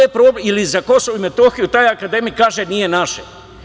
Ili za Kosovo i Metohiju, taj akademik kaže – nije naše.